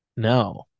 No